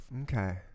Okay